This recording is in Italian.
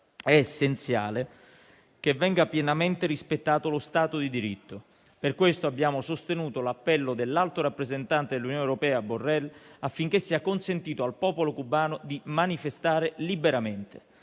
È essenziale che venga pienamente rispettato lo Stato di diritto e per questo abbiamo sostenuto l'appello dell'alto rappresentante dell'Unione europea Borrell affinché sia consentito al popolo cubano di manifestare liberamente.